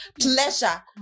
Pleasure